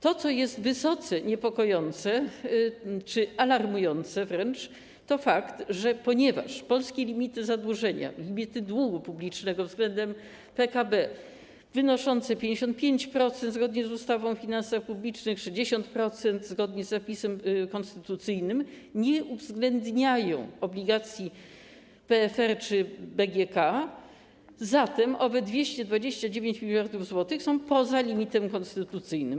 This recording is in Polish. To, co jest wysoce niepokojące czy wręcz alarmujące, to fakt, że ponieważ polskie limity zadłużenia, limity długu publicznego względem PKB wynoszące 55% zgodnie z ustawą o finansach publicznych, 60% zgodnie z zapisem konstytucyjnym nie uwzględniają obligacji PFR czy BGK, owych 229 mld zł jest poza limitem konstytucyjnym.